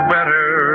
Better